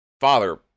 father